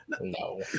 No